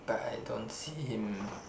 but I don't see him